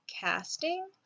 casting